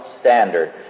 standard